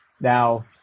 Now